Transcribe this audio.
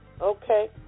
Okay